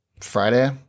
Friday